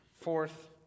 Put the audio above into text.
fourth